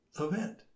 event